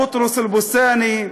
בוטרוס אל-בוסתאני,